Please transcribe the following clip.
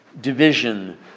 division